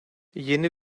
yeni